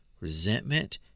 resentment